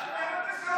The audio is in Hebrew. איך?